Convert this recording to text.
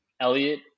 Elliot